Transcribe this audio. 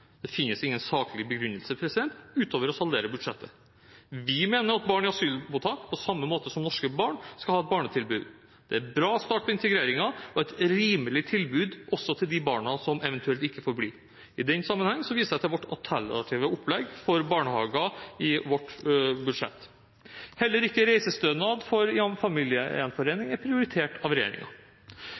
Det finnes ingen saklig begrunnelse utover å saldere budsjettet. Vi mener at barn i asylmottak, på samme måte som norske barn, skal ha barnehagetilbud. Det er en bra start på integreringen og et rimelig tilbud også til de barna som eventuelt ikke får bli. I den sammenheng viser jeg til vårt alternative opplegg for barnehager i vårt budsjett. Heller ikke reisestønad til familiegjenforening er prioritert av